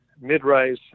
mid-rise